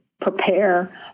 Prepare